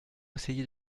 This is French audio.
essayer